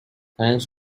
thanks